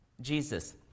Jesus